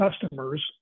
customers